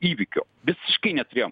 įvykio visiškai neturėjom